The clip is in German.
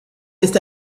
ist